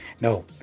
No